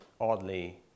oddly